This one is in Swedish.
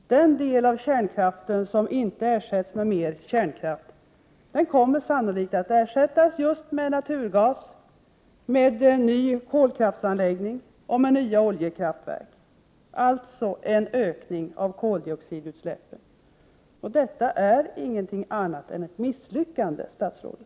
Den del av kärnkraften som inte ersätts med mer kärnkraft kommer sannolikt att ersättas med naturgas, med en ny kolkraftsanläggning och med nya oljekraftverk — alltså en ökning av koldioxidutsläppen. Detta är ingenting annat än ett misslyckande, statsrådet!